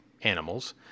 animals